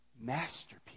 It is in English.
masterpiece